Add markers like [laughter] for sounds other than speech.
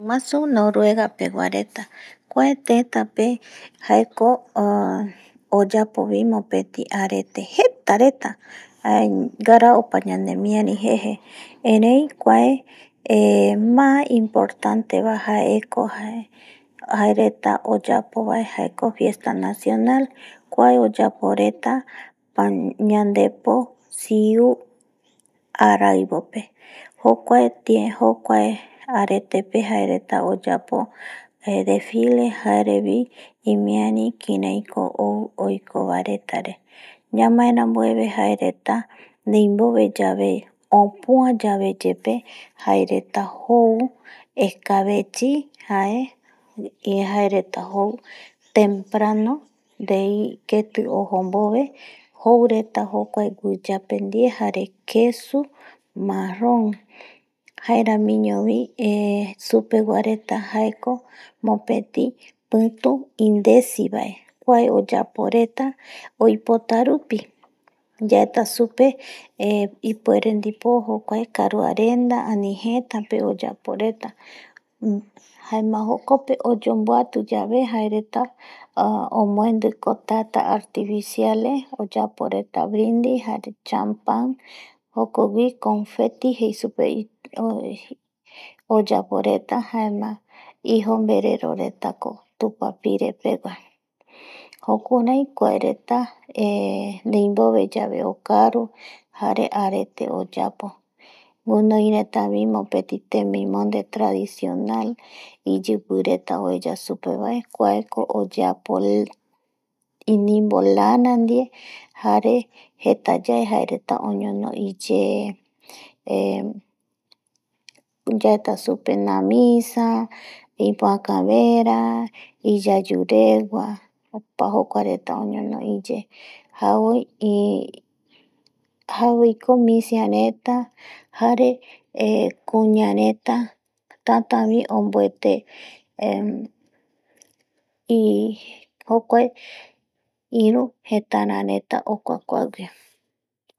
Ttäguasu Noruega peguareta kuae tetape jaeko oyapovi mopeti arete jeta reta jae garaa opa ñanemiari jeje erei kuae ma importanteva jaeko jae reta oyapo bae fiesta nacional kuae oyapo reta ñandepo siu araivope jokuae arete pe jae reta oyapo desfile jarevi imiari kiraiko ou oikova retare ñamaeranbueve jae reta neimbove yave opua yave yepe jae reta jou escabechi temprano deibove ndei ojo keti jou reta guiiyape ndie jare kesu, marron jaeramiñovi supegiua reta jaeko mopeti pitu ndesi vae kuae oyapo reta oipotarupi yaeta supe ipuere dipo jokua karuarenda ani jeta pe oyapo reta jaema jokope oyonbuati yave jae reta omuendi tata artificiales oyapo reta brindi ,champan jokogui jou oyapo reta jaema isombrero retako tupapire pegua jukurai kuae reta [hesitation] ndeimbove yae okaru jare arete oyapo guiinoi retavi mopeti temimonde tradicional, iyipi reta oeya supe retava, jaeko oyapo reta timbio lana ndie jare jeta yae jae reta oñono iye [hesitation] yaeta supe namisa, poakavera, ayreguia, jokua reta oñono iye jaboi ko misia reta jare eh tata bi onbuete jokuae iru jetara reta okua kuabae.